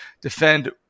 defend